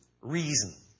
reason